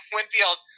Winfield